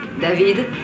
David